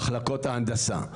מחלקות ההנדסה.